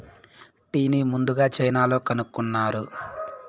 టీని ముందుగ చైనాలో కనుక్కున్నారు